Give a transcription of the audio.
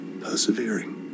persevering